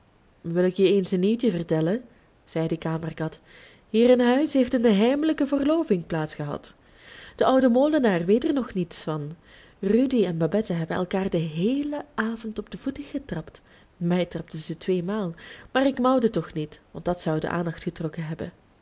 wil ik je eens een nieuwtje vertellen zei de kamerkat hier in huis heeft een heimelijke verloving plaats gehad de oude molenaar weet er nog niets van rudy en babette hebben elkaar den heelen avond op de voeten getrapt mij trapten zij tweemaal maar ik mauwde toch niet want dat zou de aandacht getrokken hebben